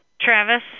Travis